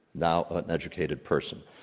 now an educated person.